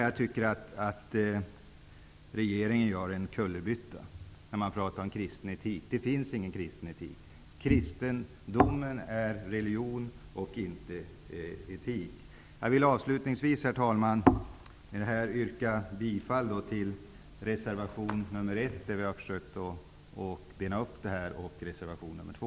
Jag tycker att regeringen gör en kullerbytta när man pratar om kristen etik. Det finns ingen kristen etik. Kristendomen är religion, inte etik. Jag vill avslutningsvis, herr talman, yrka bifall till reservation nr 1, där vi har försökt att bena upp begreppen, och reservation nr 2.